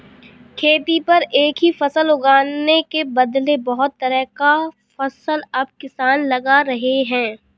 खेती पर एक ही फसल लगाने के बदले बहुत तरह का फसल अब किसान लगा रहे हैं